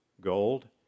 gold